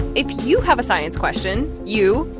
if you have a science question you,